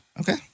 Okay